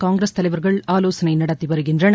காங்கிரஸ் தலைவர்கள் ஆலோசனை நடத்தி வருகின்றனர்